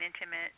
intimate